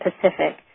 Pacific